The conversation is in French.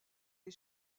les